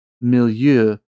milieu